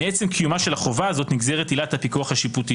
מעצם קיומה של החובה הזו נגזרת עילת הפיקוח השיפוטי,